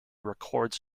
records